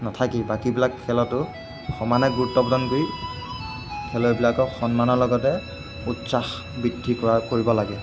নাথাকি বাকীবিলাক খেলতো সমানে গুৰুত্ব প্ৰদান কৰি খেলুৱৈবিলাকক সন্মানৰ লগতে উৎসাহ বৃদ্ধি কৰা কৰিব লাগে